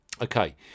Okay